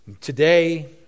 today